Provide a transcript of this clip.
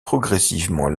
progressivement